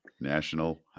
National